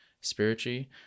spiritually